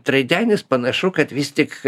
traidenis panašu kad vis tik